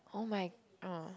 oh-my ah